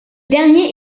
dernier